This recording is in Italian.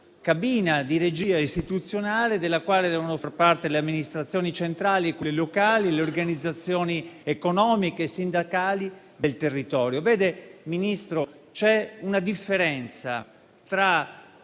cabina di regia istituzionale, della quale devono far parte le amministrazioni centrali e locali e le organizzazioni economiche e sindacali del territorio? Vede, Ministro, c'è una differenza tra